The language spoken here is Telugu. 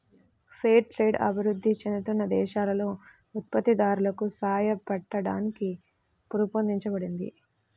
ఫెయిర్ ట్రేడ్ అభివృద్ధి చెందుతున్న దేశాలలో ఉత్పత్తిదారులకు సాయపట్టానికి రూపొందించబడింది